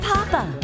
Papa